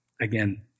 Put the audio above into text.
again